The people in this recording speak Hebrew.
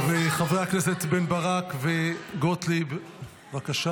אתה ואני יודעים שכשאני אומרת "צ'יזבט" --- אין שום קשר.